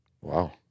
Wow